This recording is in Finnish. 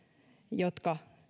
jotka